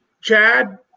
Chad